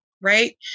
right